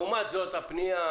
לעומת זאת, הפנייה